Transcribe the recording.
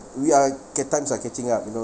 we are get times are catching up you know